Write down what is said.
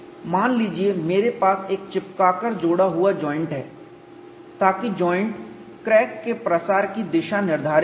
मान लीजिए कि मेरे पास एक चिपकाकर जोड़ा हुआ जॉइंट है ताकि जॉइंट क्रैक के प्रसार की दिशा निर्धारित करे